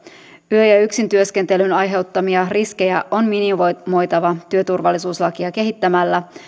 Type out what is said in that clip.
yö ja yksintyöskentelyn aiheuttamia riskejä on minimoitava työturvallisuuslakia kehittämällä